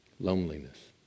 loneliness